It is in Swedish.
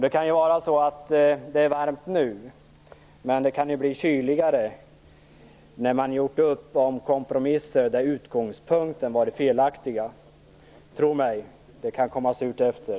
Det kan ju vara så att det är varmt nu, men det kan ju bli kyligare när man har gjort upp om kompromisser där utgångspunkterna har varit felaktiga. Tro mig - det kan komma surt efter!